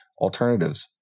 alternatives